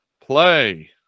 play